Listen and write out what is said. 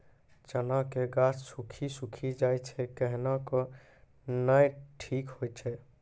चना के गाछ सुखी सुखी जाए छै कहना को ना ठीक हो छै?